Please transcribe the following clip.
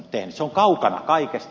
se on kaukana kaikesta